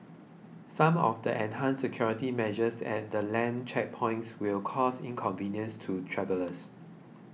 some of the enhanced security measures at the land checkpoints will cause inconvenience to travellers